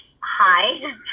Hi